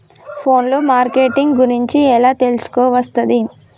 Phone లో marketing గురించి ఎలా తెలుసుకోవస్తది?